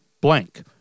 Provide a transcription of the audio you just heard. blank